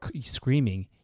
screaming